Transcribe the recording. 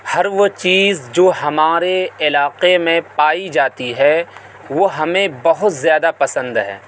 ہر وہ چیز جو ہمارے علاقے میں پائی جاتی ہے وہ ہمیں بہت زیادہ پسند ہے